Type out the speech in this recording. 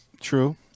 true